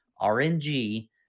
RNG